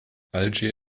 algier